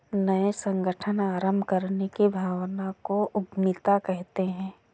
नये संगठन आरम्भ करने की भावना को उद्यमिता कहते है